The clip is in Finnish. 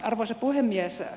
arvoisa puhemies